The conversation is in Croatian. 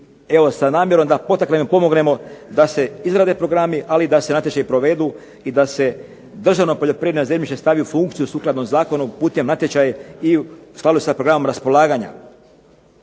sa namjerom da potaknemo i pomognemo da se izrade programi, ali i da se natječaju provedu i da je držano poljoprivredno zemljište stavi u funkciju sukladno zakonu putem natječaja i u skladu sa programom raspolaganja.